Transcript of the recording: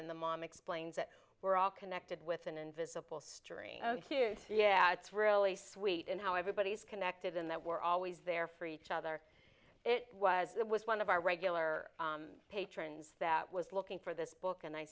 in the mom explains that we're all connected with an invisible story yeah that's really sweet and how everybody's connected in that we're always there for each other it was that was one of our regular patrons that was looking for this book and i